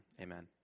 Amen